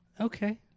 Okay